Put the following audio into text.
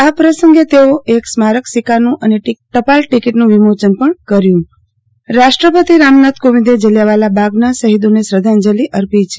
આ પ્રસંગે તેઓ એક સ્મારક સીકકાનું અને ટપાલે ટીકીટનું વિમોચનકર્યું રાષ્ટ્રપતિ રામનાથ કોવિંદે જલીયાવાલા બાગના શહીદોને શ્રધ્ધાંજલી અર્પી છે